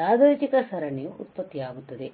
ಯಾದೃಚ್ಛಿಕ ಸರಣಿಯು ಉತ್ಪತ್ತಿಯಾಗುತ್ತದೆ